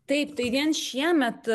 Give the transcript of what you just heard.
taip tai vien šiemet